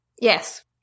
Yes